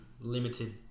limited